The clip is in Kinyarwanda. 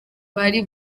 bari